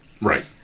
Right